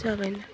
जाबायना